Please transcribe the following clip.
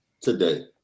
today